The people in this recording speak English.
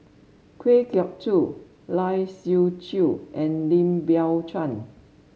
Kwa Geok Choo Lai Siu Chiu and Lim Biow Chuan